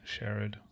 Sherrod